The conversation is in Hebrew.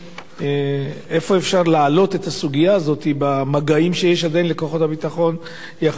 איפה אפשר להעלות את הסוגיה הזאת במגעים שיש עדיין לכוחות הביטחון אתם?